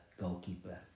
goalkeeper